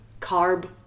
carb